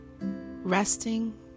resting